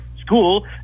school